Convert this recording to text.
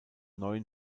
neuen